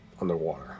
underwater